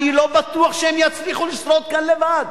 אני לא בטוח שהן יצליחו לשרוד כאן לבד.